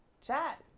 Chat